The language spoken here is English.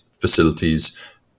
facilities